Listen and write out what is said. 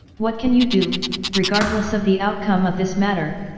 what can you do regardless of the outcome of this matter,